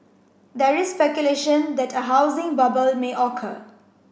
there is speculation that a housing bubble may occur